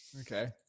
Okay